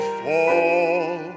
fall